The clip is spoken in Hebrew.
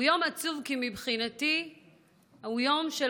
הוא יום עצוב כי מבחינתי הוא יום של